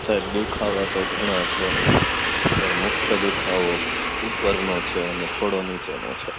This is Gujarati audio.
સાહેબ દુખાવા તો ઘણા છે પણ મુખ્ય દુખાવો ઉપરનો છે અને થોડો નીચેનો છે